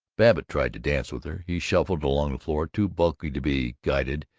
babbitt tried to dance with her. he shuffled along the floor, too bulky to be guided,